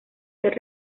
ser